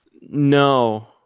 no